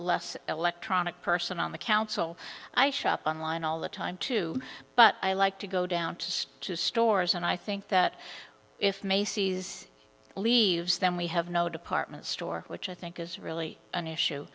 less electronic person on the council i shop online all the time too but i like to go down to two stores and i think that if macy's leaves then we have no department store which i think is really an